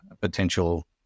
potential